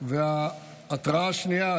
וההתרעה השנייה,